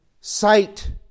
sight